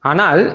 Anal